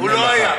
הוא לא היה.